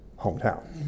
hometown